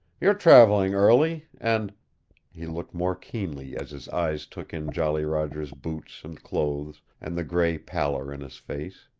you're traveling early, and he looked more keenly as his eyes took in jolly roger's boots and clothes, and the gray pallor in his face.